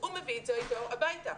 הוא מביא את זה איתו הביתה.